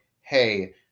hey